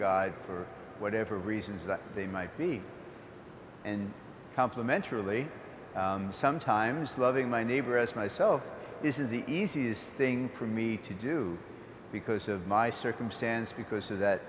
d for whatever reasons that they might be and complimentary really sometimes loving my neighbor as myself this is the easiest thing for me to do because of my circumstance because of that